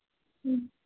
ഉം